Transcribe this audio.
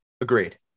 Agreed